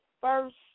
first